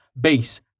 base